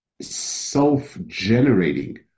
self-generating